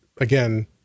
again